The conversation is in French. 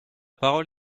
parole